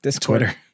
Twitter